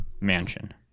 mansion